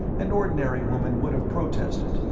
an ordinary woman would have protested,